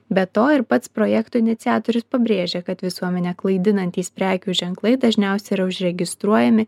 be to ir pats projekto iniciatorius pabrėžia kad visuomenę klaidinantys prekių ženklai dažniausiai yra užregistruojami